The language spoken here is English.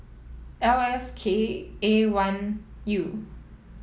L S K A one U